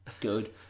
Good